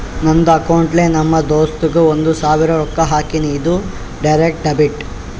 ನಂದ್ ಅಕೌಂಟ್ಲೆ ನಮ್ ದೋಸ್ತುಗ್ ಒಂದ್ ಸಾವಿರ ರೊಕ್ಕಾ ಹಾಕಿನಿ, ಇದು ಡೈರೆಕ್ಟ್ ಡೆಬಿಟ್